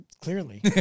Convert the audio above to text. Clearly